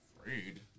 Afraid